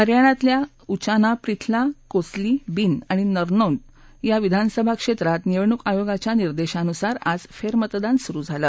हरयाणातल्या उचाना प्रिथला कोसली बिन आणि नरनौंद या विधानसभा क्षेत्रात निवडणूक आयोगाच्या निर्देशानुसार आज फेरमतदान सुरु झालं